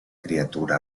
criatura